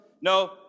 No